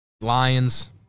Lions